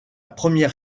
première